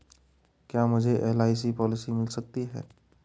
क्या मुझे LIC policy मिल सकती है?